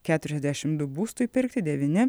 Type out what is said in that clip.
keturiasdešim du būstui pirkti devyni